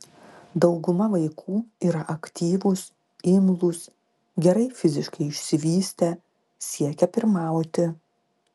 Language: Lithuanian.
dauguma vaikų yra aktyvūs imlūs gerai fiziškai išsivystę siekią pirmauti